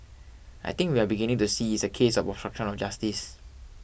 I think we are beginning to see is a case of obstruction of justice